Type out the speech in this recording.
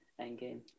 Endgame